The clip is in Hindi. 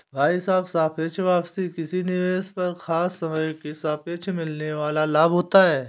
भाई साहब सापेक्ष वापसी किसी निवेश पर खास समय के सापेक्ष मिलने वाल लाभ होता है